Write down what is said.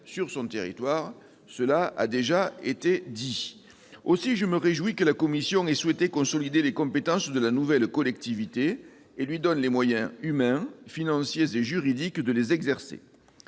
sur son territoire- cela a déjà été évoqué. Aussi, je me réjouis que la commission ait souhaité consolider les compétences de la nouvelle collectivité et lui donne les moyens humains, financiers et juridiques de les exercer.